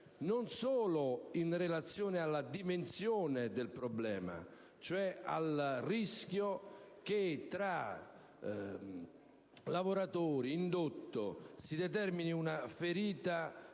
non solo per la dimensione del problema, cioè per il rischio che, tra lavoratori ed indotto, si determini una ferita